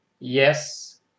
Yes